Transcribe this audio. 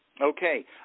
Okay